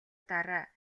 дараа